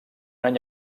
any